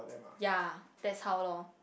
ya that's how lor